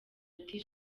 ati